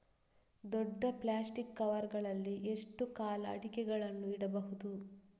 ದೊಡ್ಡ plastic cover ಗಳಲ್ಲಿ ಎಷ್ಟು ಕಾಲ ಅಡಿಕೆಗಳನ್ನು ಇಡಬಹುದು?